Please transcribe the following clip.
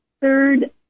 third